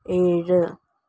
ഏഴ്